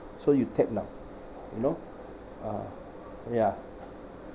so you tap lah you know a'ah ya